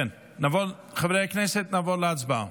חברי הכנסת, נעבור להצבעה.